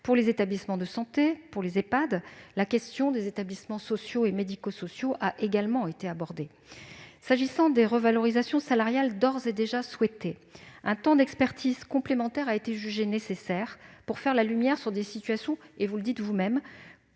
pour les établissements de santé et pour les Ehpad, la question des établissements sociaux et médico-sociaux a également été abordée. S'agissant des revalorisations salariales d'ores et déjà souhaitées, un temps d'expertise complémentaire a été jugé nécessaire pour faire la lumière sur des situations qui- vous le dites vous-même